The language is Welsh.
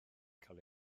cael